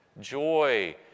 Joy